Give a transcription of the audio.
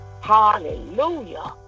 Hallelujah